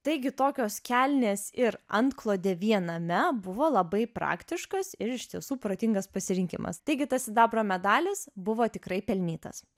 taigi tokios kelnės ir antklodė viename buvo labai praktiškas ir iš tiesų protingas pasirinkimas taigi tas sidabro medalis buvo tikrai pelnytas